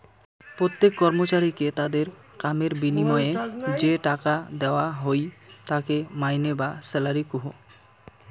প্রত্যেক কর্মচারীকে তাদের কামের বিনিময়ে যে টাকা দেওয়া হই তাকে মাইনে বা স্যালারি কহু